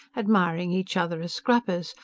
admiring each other as scrappers,